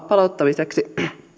palauttamiseksi